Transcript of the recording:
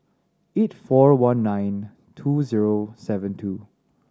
eight four one nine two zero seven two